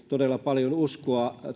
todella paljon uskoa